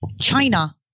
China